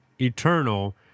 eternal